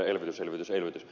elvytys elvytys elvytys